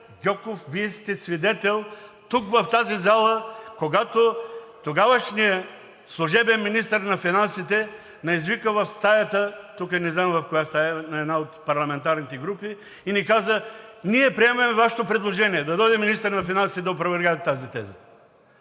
Гьоков, Вие сте свидетел в тази зала, когато тогавашният служебен министър на финансите ни извика в стаята – тук, не знам в коя стая, на една от парламентарните групи, и ни каза: ние приемаме Вашето предложение. Да дойде министърът на финансите и да опровергае тази теза.